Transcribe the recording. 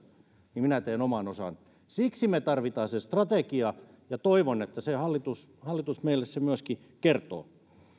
minä teen oman osani siksi me tarvitsemme sen strategian ja toivon että hallitus hallitus meille sen myöskin kertoo